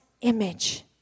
image